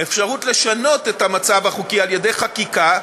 אפשרות לשנות את המצב החוקי, על-ידי חקיקה,